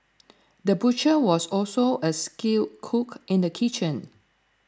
the butcher was also a skilled cook in the kitchen